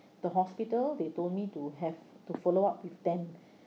the hospital they told me to have to follow up with them